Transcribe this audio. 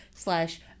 slash